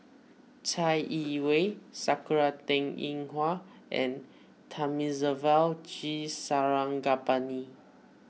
Chai Yee Wei Sakura Teng Ying Hua and Thamizhavel G Sarangapani